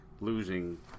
losing